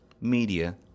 media